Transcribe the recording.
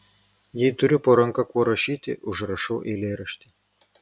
jei turiu po ranka kuo rašyti užrašau eilėraštį